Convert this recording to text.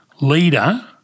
leader